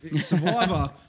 Survivor